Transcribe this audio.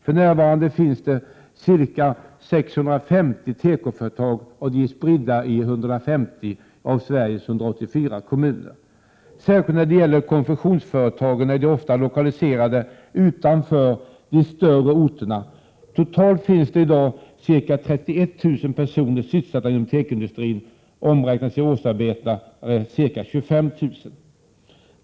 För närvarande finns det ca 650 tekoföretag, och de är spridda i 150 av Sveriges 284 kommuner. Särskilt när det gäller konfektionsföretagen är de ofta lokaliserade utanför de större orterna. Totalt är ca 31 000 personer sysselsatta inom tekoindustrin. Omräknat i årsarbetare är antalet 25 000.